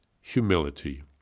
humility